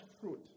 fruit